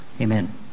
Amen